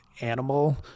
animal